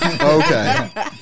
Okay